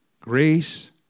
Grace